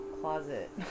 closet